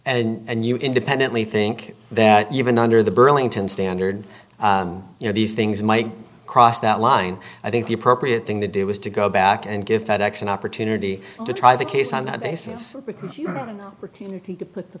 case and you independently think that even under the burlington standard you know these things might cross that line i think the appropriate thing to do is to go back and give fed ex an opportunity to try the case on that basis because you could put the